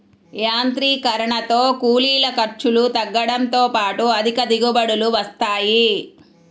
యాంత్రీకరణతో కూలీల ఖర్చులు తగ్గడంతో పాటు అధిక దిగుబడులు వస్తాయి